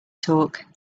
talk